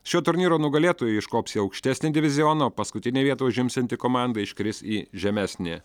šio turnyro nugalėtojai iškops į aukštesnį divizioną o paskutinę vietą užimsianti komanda iškris į žemesnį